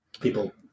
people